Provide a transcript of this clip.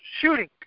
shooting